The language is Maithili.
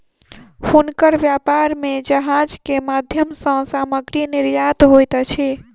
हुनकर व्यापार में जहाज के माध्यम सॅ सामग्री निर्यात होइत अछि